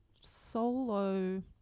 solo